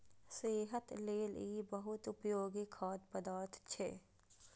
सेहत लेल ई बहुत उपयोगी खाद्य पदार्थ छियै